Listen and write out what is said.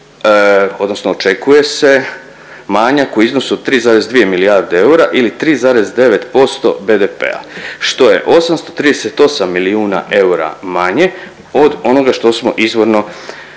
odnosno očekuje se manjak u iznosu od 3,2 milijarde eura ili 3,9% BDP-a, što je 838 milijun eura manje od onoga što smo izvorno planirali